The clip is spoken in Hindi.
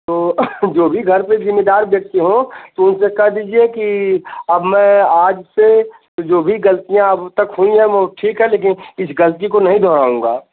तो जो भी घर पर जिम्मेदार व्यक्ति हों तो उनसे कह दीजिए कि अब मैं आज से जो भी गलतियाँ अबतक हुई हैं ठीक है लेकिन इस गलती को नहीं दोहराउंगा